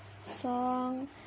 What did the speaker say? song